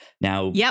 Now